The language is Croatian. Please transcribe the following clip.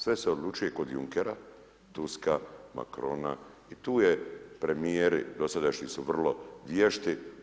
Sve se odlučuje kod Junkera, Truska, Makrona i tu je premijeri dosadašnji su vrlo vješti.